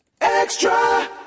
Extra